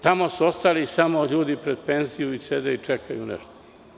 Tamo su ostali samo ljudi pred penziju i sede i čekaju nešto.